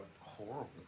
horrible